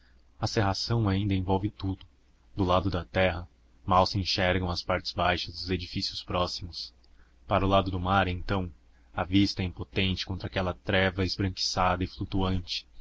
a cerração ainda envolve tudo do lado da terra mal se enxergam as partes baixas dos edifícios próximos para o lado do mar então a vista é impotente contra aquela treva esbranquiçada e flutuante